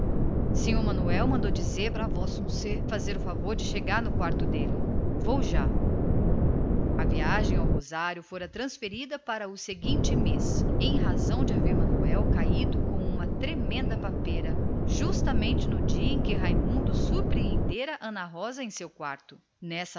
vossemecê fazer o favor de chegar no quarto dele vou já a viagem ao rosário ficou transferida para o outro mês em razão de manuel haver caído com uma tremenda papeira justamente no dia em que raimundo surpreendera ana rosa no seu quarto nessa